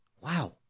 Wow